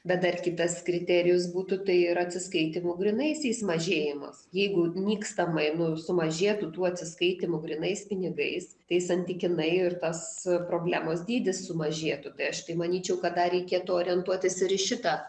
bet dar kitas kriterijus būtų tai yra atsiskaitymų grynaisiais mažėjimas jeigu nykstamai nu sumažėtų tų atsiskaitymų grynais pinigais tai santykinai ir tas problemos dydis sumažėtų tai aš tai manyčiau kad dar reikėtų orientuotis ir į šitą